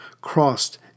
crossed